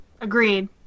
Agreed